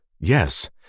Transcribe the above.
Yes